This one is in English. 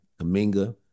Kaminga